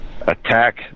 Attack